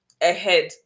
ahead